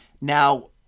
Now